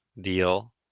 deal